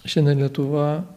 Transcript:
šiandien lietuva